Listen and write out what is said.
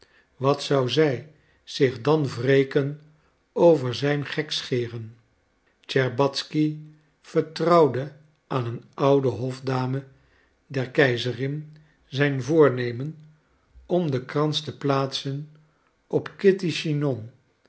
wat zou zij zich dan wreken over zijn gekscheren tscherbatzky vertrouwde aan een oude hofdame der keizerin zijn voornemen om den krans te plaatsen op